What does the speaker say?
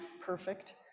perfect